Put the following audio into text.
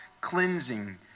cleansing